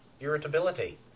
irritability